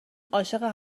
عاشق